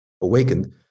awakened